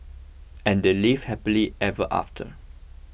and they lived happily ever after